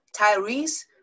Tyrese